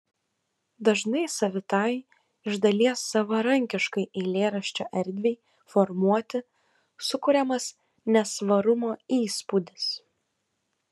dažnai savitai iš dalies savarankiškai eilėraščio erdvei formuoti sukuriamas nesvarumo įspūdis